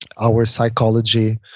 our psychology,